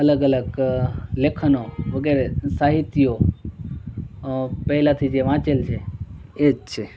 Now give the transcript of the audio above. અલગ અલગ લેખનો વગેરે સાહિત્યો અં પહેલાંથી જે વાંચેલું છે એ જ છે